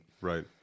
Right